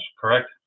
Correct